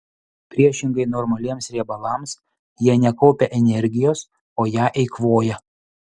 priešingai normaliems riebalams jie nekaupia energijos o ją eikvoja